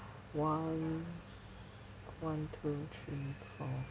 one one two three four